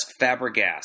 Fabregas